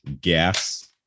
Gas